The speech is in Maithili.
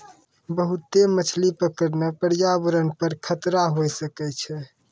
बहुते मछली पकड़ना प्रयावरण पर खतरा होय सकै छै